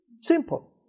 Simple